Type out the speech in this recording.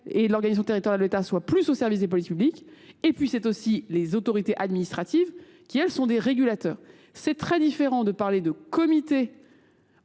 et l'organisation territoriale de l'État soient plus au service des politiques publiques, et puis c'est aussi les autorités administratives qui elles sont des régulateurs. C'est très différent de parler de comités